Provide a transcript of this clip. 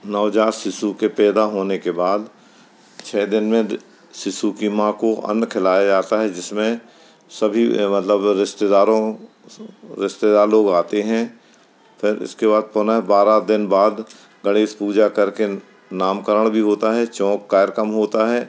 नवजात शिशु के पैदा होने के बाद छः दिन में शिशु की माँ को अन्न खिलाया जाता है जिसमें सभी मतलब रिश्तेदारों रिश्तेदार लोग आते हैं फिर इसके बाद पौने बारह दिन बाद गणेश पूजा कर के नामकरण भी होता है चौक कार्यक्रम होता है